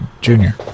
junior